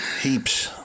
heaps